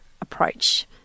approach